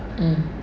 mm